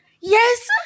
Yes